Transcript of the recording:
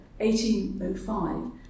1805